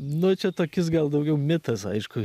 nu čia tokis gal daugiau mitas aišku